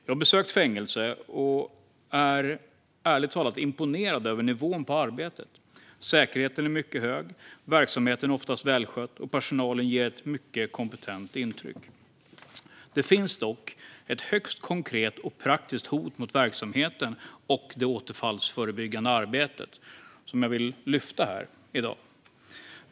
Jag har besökt fängelser och är ärligt talat imponerad av nivån på arbetet. Säkerheten är mycket hög, verksamheten är oftast välskött och personalen ger ett mycket kompetent intryck. Det finns dock ett högst konkret och praktiskt hot mot verksamheten och det återfallsförebyggande arbetet som jag vill lyfta upp här i dag.